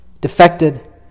defected